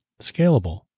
scalable